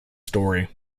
story